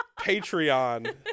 Patreon